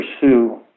Pursue